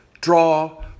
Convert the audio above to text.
draw